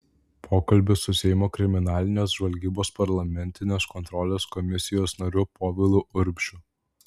pokalbis su seimo kriminalinės žvalgybos parlamentinės kontrolės komisijos nariu povilu urbšiu